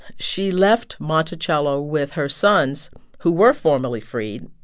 she left monticello with her sons who were formerly freed,